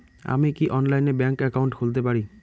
আমি কি অনলাইনে ব্যাংক একাউন্ট খুলতে পারি?